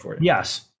Yes